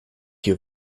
you